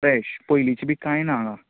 fresh पयलींचें बी कांय ना हांगां